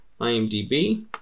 IMDb